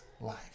life